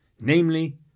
namely